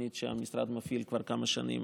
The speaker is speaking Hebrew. תוכנית שהמשרד מפעיל כבר כמה שנים,